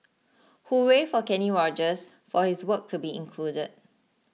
hooray for Kenny Rogers for his work to be included